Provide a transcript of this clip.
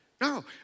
No